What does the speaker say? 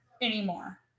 anymore